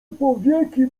powieki